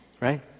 right